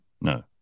No